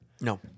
No